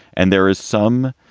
and there is some.